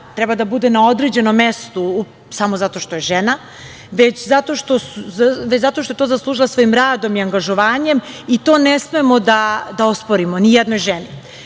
treba da bude na određenom mestu, samo zato što je žena, već zato što je to zaslužila svojim radom i angažovanjem. To ne smemo da osporimo ni jednoj ženi. Tu